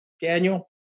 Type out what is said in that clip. Daniel